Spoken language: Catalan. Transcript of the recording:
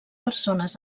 persones